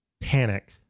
panic